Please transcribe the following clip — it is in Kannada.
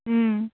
ಹ್ಞೂ